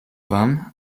wam